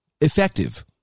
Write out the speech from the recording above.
Effective